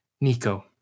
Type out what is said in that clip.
Nico